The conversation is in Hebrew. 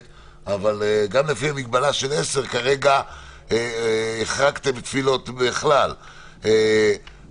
אומרים פה יש לבנת סיכון שהיא כיתה א' עד ד' וכל הרפואה